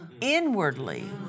inwardly